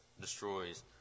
destroys